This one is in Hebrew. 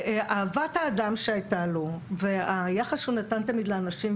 ואהבת האדם שהייתה לו והיחס שהוא נתן תמיד לאנשים,